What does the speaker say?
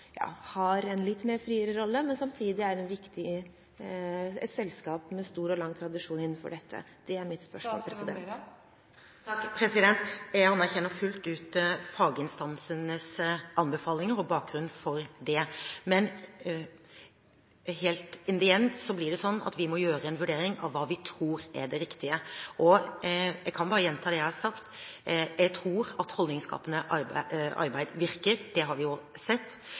har en litt friere rolle, men samtidig er et viktig selskap med stor og lang tradisjon innenfor dette. Det er mitt spørsmål. Jeg anerkjenner fullt ut faginstansenes anbefalinger og bakgrunnen for det, men helt «in the end» blir det slik at vi må gjøre en vurdering av hva vi tror er det riktige. Jeg kan bare gjenta det jeg har sagt: Jeg tror at holdningsskapende arbeid virker. Det har vi også sett.